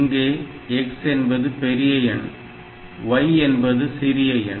இங்கே X என்பது பெரிய எண் y என்பது சிறிய எண்